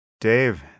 Dave